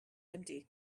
empty